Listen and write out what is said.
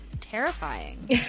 terrifying